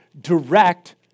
direct